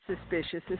suspicious